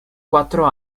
quattro